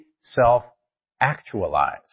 self-actualized